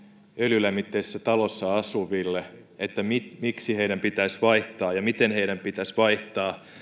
öljylämmitteisissä taloissa asuville että miksi heidän pitäisi vaihtaa ja miten heidän pitäisi vaihtaa